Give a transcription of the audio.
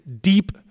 deep